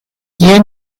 kie